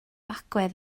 agwedd